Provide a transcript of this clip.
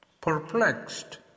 perplexed